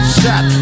shot